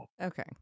Okay